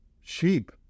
Sheep